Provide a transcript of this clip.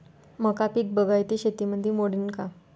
मका पीक बागायती शेतीमंदी मोडीन का?